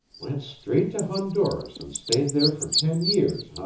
went straight to honduras and stayed there for ten years,